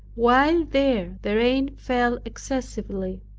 while there the rain fell excessively.